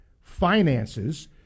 finances